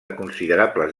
considerables